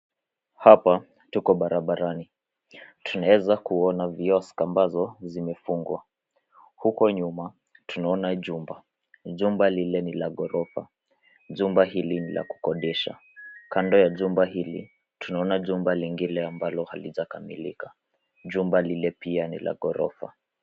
Hapa tuko barabarani. Tunaeza kuona vioski ambazo zimefungwa. Huko nyuma , tunaona jumba. jumba lile ni la ghorofa. Jumba hili ni la kukodisha. Kando ya jumba hili, tunaona jumba lingine ambalo halijakamilika. Jumba lile pia ni la ghorofa.